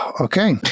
Okay